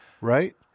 right